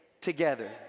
together